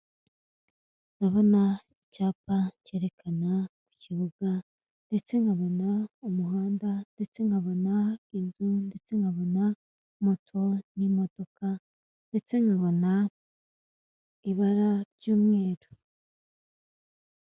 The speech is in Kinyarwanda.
Ndabona icyapa kerekana ikibuga, ndetse nkabona umuhanda, ndetse nkabona inzu, ndetse nkabona moto n'imodoka ndetse nkabona ibara ry'umweru.